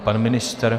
Pan ministr?